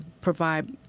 provide